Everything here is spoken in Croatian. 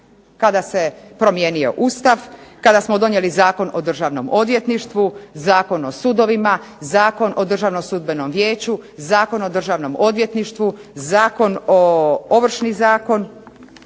Kada se promijenio Ustav, kada smo donijeli Zakon o Državnom odvjetništvu, Zakon o sudovima, Zakon o Državnom sudbenom vijeću, Zakon o Državnom odvjetništvu, Ovršni zakon,